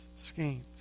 schemes